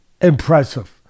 impressive